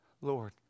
Lord